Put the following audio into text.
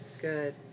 Good